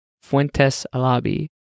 Fuentes-Alabi